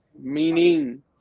meaning